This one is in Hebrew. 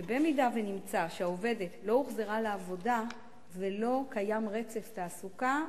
ואם נמצא שהעובדת לא הוחזרה לעבודה ולא קיים רצף תעסוקה,